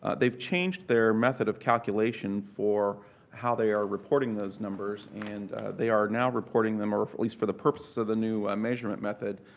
they've changed their method of calculation for how they are reporting those numbers, and they are now reporting them, or at least for the purposes of the new measurement method,